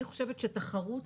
אני חושבת שתחרות